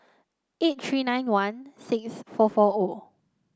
eight three nine one six four four O